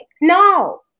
No